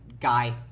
guy